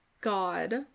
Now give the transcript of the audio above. God